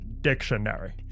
dictionary